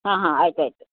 ಹಾಂ ಹಾಂ ಆಯ್ತು ಆಯಿತು